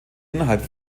innerhalb